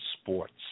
sports